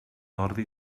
ordi